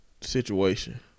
situation